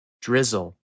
Drizzle